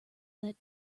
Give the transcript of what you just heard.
that